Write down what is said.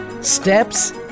steps